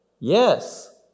Yes